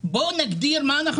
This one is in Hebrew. לי הרבה מאוד מה להגיד